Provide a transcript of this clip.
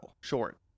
Short